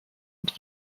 und